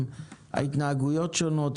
ההתנהגויות שונות,